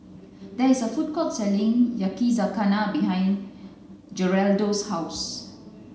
there is a food court selling Yakizakana behind Geraldo's house